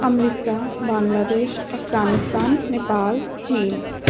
America Bangladesh Afghanistan Nepal ਚੀਨ